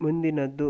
ಮುಂದಿನದ್ದು